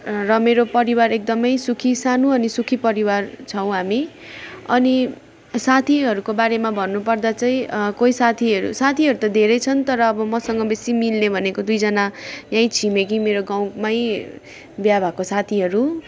र मेरो परिवार एकदम सुखी सानो अनि सुखी परिवार छौँ हामी अनि साथीहरूको बारेमा भन्नु पर्दा चाहिँ कोही साथीहरू साथीहरू त धेरै छन् तर मसँग बेसी मिल्ने भनेको दुइजना यही छिमेकी मेरो गाउँमा बिहा भएको साथीहरू